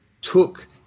took